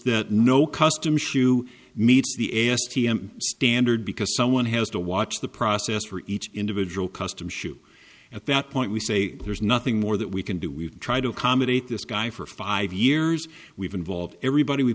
that no custom shoe meets the s t m standard because someone has to watch the process for each individual custom shoot at that point we say there's nothing more that we can do we try to accommodate this guy for five years we've involved everybody we